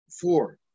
four